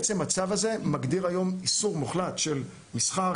בעצם הצו הזה מגדיר היום איסור מוחלט של מסחר,